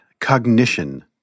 Cognition